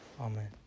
Amen